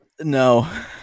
no